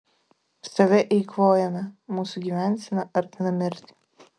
save eikvojame mūsų gyvensena artina mirtį